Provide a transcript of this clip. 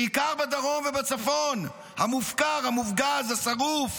בעיקר בדרום ובצפון המופקר, המופגז, השרוף